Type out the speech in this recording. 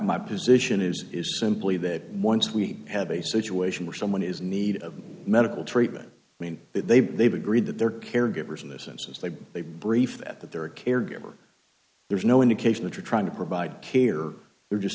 my position is is simply that once we have a situation where someone is in need of medical treatment i mean they've they've agreed that their caregivers in this instance that they brief that that they're a caregiver there's no indication that you're trying to provide care or they're just